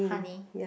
honey